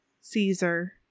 Caesar